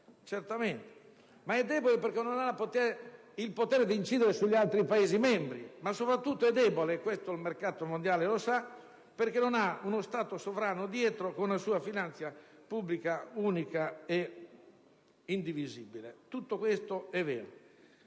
ma è debole perché non ha il potere di incidere sugli altri Paesi membri, ma soprattutto - e questo il mercato mondiale lo sa - perché non ha uno Stato sovrano dietro, con una sua finanza pubblica unica ed indivisibile. Tutto questo è vero